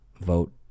vote